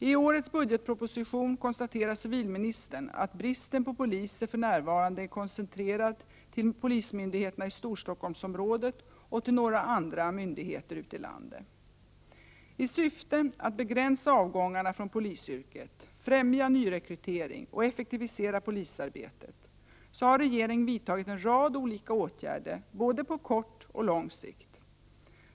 I årets budgetproposition konstaterar civilministern att bristen på poliser för närvarande är koncentrerad till polismyndigheterna i Storstockholmsområdet och till några andra myndigheter ute i landet. I syfte att begränsa avgångarna från polisyrket, främja nyrekrytering och effektivisera polisarbetet har regeringen vidtagit en rad olika åtgärder både på kort och på lång sikt.